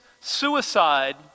suicide